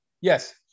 Yes